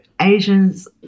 asians